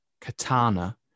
katana